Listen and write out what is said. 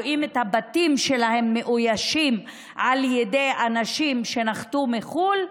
רואים את הבתים שלהם מאוישים על ידי אנשים שנחתו מחו"ל,